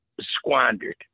squandered